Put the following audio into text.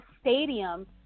stadium